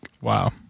Wow